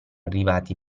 arrivati